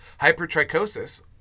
Hypertrichosis